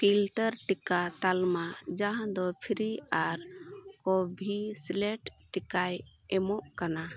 filter ᱴᱤᱠᱟᱹ ᱛᱟᱞᱢᱟ ᱡᱟᱦᱟᱸ ᱫᱚ ᱯᱷᱨᱤ ᱟᱨ ᱠᱳᱵᱷᱤᱥᱤᱞᱰ ᱴᱤᱠᱟᱹᱭ ᱮᱢᱚᱜ ᱠᱟᱱᱟ